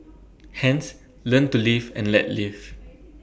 hence learn to live and let live